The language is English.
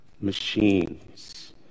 machines